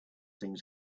things